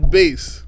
base